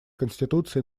конституции